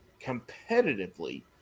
competitively